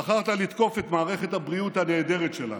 בחרת לתקוף את מערכת הבריאות הנהדרת שלנו.